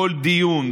בכל דיון,